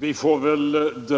Herr